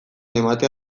ematea